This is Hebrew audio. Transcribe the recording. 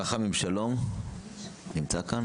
רחמים שלום נמצא כאן?